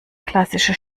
klassische